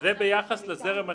וזה ביחס לזרם הנכנס.